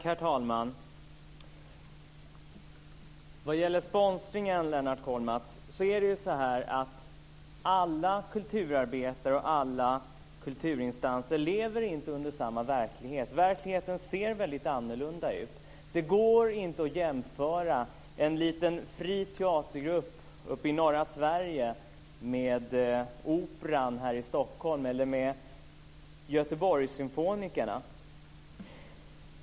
Herr talman! Vad gäller sponsringen, Lennart Kollmats, är det så att alla kulturarbetare och alla kulturinstanser inte lever under samma verklighet. Verkligheten ser väldigt annorlunda ut. Det går inte att jämföra en liten fri teatergrupp uppe i norra Sverige med Operan här i Stockholm eller med Göteborgssymfonikerna.